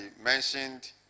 mentioned